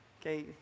Okay